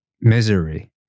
misery